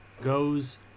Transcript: goes